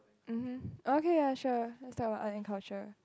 mmhmm okay ya sure let's talk about art and culture